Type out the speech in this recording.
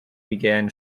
began